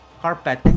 carpet